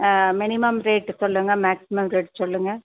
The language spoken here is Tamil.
ஆ மினிமம் ரேட்டு சொல்லுங்கள் மேக்ஸிமம் ரேட்டு சொல்லுங்கள்